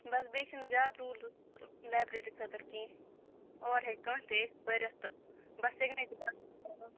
بَس بییہِ چھُنہٕ زیادٕ روٗلٕز لایبریری خٲطرٕ کینٛہہ اور ہیٚکہِ کانٛہہ تہِ یِتھ پٔرِتھ تہٕ بَس سِگنیچَر کَرُن